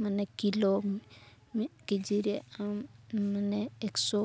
ᱢᱟᱱᱮ ᱠᱤᱞᱳ ᱢᱟᱱᱮ ᱢᱤᱫ ᱠᱮᱡᱤ ᱨᱮ ᱟᱢ ᱢᱟᱱᱮ ᱮᱠᱥᱚ